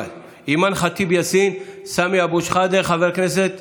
אימאן ח'טיב יאסין, סמי אבו שחאדה, חבר הכנסת